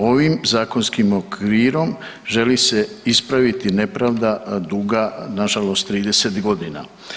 Ovim zakonskim okvirom želi se ispraviti nepravda duga nažalost 30 godina.